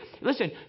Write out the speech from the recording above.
Listen